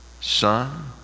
Son